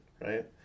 right